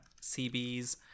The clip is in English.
Cbs